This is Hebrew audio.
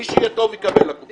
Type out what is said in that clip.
מי שיהיה טוב יקבל לקוחות,